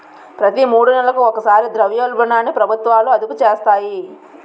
ప్రతి మూడు నెలలకు ఒకసారి ద్రవ్యోల్బణాన్ని ప్రభుత్వాలు అదుపు చేస్తాయి